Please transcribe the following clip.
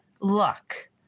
luck